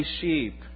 sheep